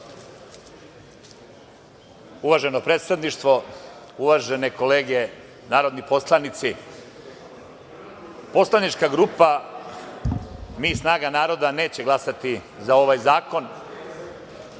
Uvaženo predsedništvo, uvažene kolege narodni poslanici, poslanička grupa – Mi snaga naroda neće glasati za ovaj zakon